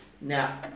Now